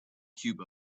cube